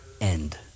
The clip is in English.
end